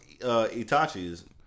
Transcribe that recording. Itachi's